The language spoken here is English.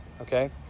okay